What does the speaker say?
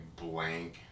blank